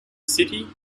city